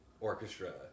orchestra